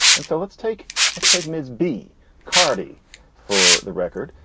and so let's take let's take miss b khadi for the record.